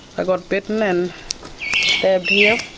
i got bitten and stabbed here.